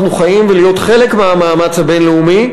חיים ולהיות חלק מהמאמץ הבין-לאומי,